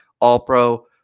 All-Pro